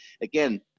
again